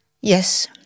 Yes